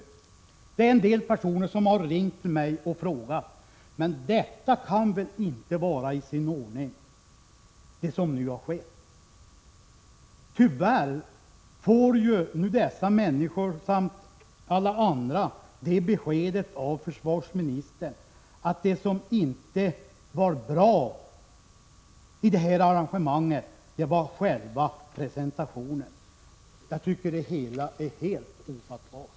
Jag har fått telefonsamtal från personer som har sagt: Det som nu har skett kan väl inte vara i sin ordning! Tyvärr får nu dessa människor och alla andra beskedet av försvarsministern, att det enda som inte var bra i arrangemanget var själva presentationen. Jag tycker det hela är helt ofattbart.